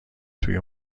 توی